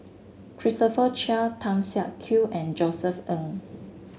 Christopher Chia Tan Siak Kew and Josef Ng